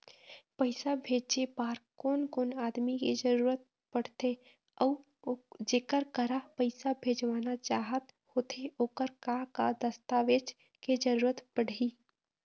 पैसा भेजे बार कोन कोन आदमी के जरूरत पड़ते अऊ जेकर करा पैसा भेजवाना चाहत होथे ओकर का का दस्तावेज के जरूरत पड़ही?